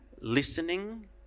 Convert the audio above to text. listening